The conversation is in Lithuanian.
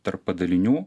tarp padalinių